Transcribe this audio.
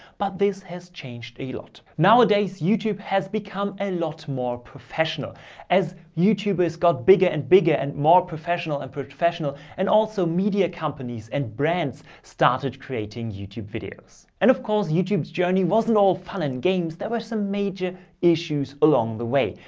but this has changed a lot. nowadays, youtube has become a lot more professional as youtube has got bigger and bigger and more. and professional and also media companies and brands started creating youtube videos. and, of course, youtube's journey was wasn't all fun and games. there were some major issues along the way.